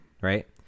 Right